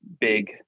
big